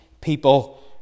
people